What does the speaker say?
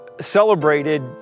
celebrated